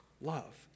love